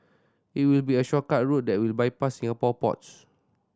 it will be a shortcut route that will bypass Singapore ports